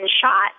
shot